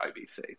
IBC